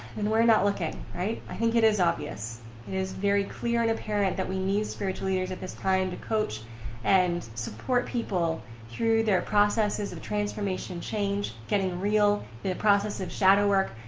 and we're not looking, right? i think it is obvious. it is very clear and apparent that we need spiritual leaders at this time to coach and support people through their processes of transformation, change, getting real, the process of shadow work,